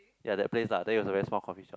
ya that place ah that it was a very small coffee shop